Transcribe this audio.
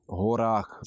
horách